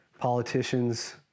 politicians